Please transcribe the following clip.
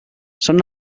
són